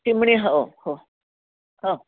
चिमणी ह हो हो हो